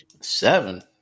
Seven